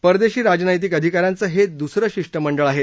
परदेशी राजनैतिक अधिकाऱ्यांचं हे दुसरं शिष्टमंडळ आहे